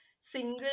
single